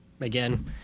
Again